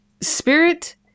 Spirit